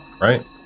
right